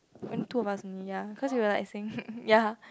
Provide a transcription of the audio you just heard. only two of us only ya cause we were like saying ya